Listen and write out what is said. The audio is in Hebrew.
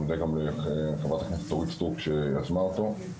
אני מודה גם לחברת הכנסת אורית סטרוק שיזמה אותו.